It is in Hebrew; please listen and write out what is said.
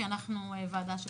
כי אנחנו ועדה שקוראת.